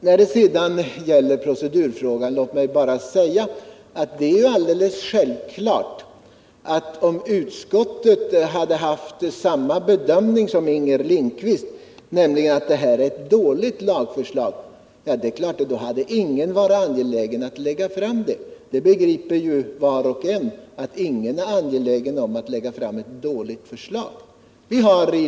Låt mig när det gäller procedurfrågan säga att det är självklart att om utskottet hade gjort samma bedömning som Inger Lindquist, nämligen att det här är ett dåligt lagförslag, så hade vi inte varit angelägna att lägga fram det. Det begriper väl var och en att ingen är angelägen om att lägga fram ett dåligt förslag.